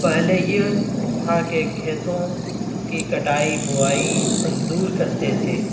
پہلے یہ تھا کہ کھیتوں کی کٹائی بوائی مزدور کرتے تھے